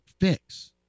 fix